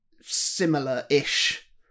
similar-ish